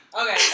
Okay